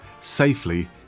safely